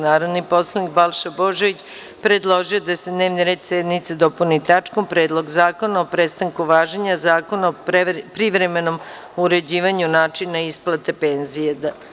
Narodni poslanik Balša Božović predložio je da se dnevni red sednice dopuni tačkom – Predlog zakona o prestanku važenja Zakona o privremenom uređivanju načina isplate penzija.